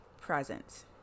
present